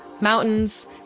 mountains